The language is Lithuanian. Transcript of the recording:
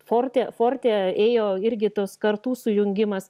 forte forte ėjo irgi tas kartų sujungimas